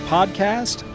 Podcast